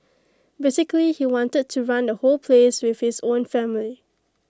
basically he wanted to run the whole place with his own family